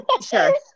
Sure